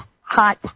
Hot